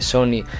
Sony